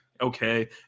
okay